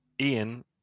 ian